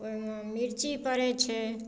ओहिमे मिर्ची पड़ैत छै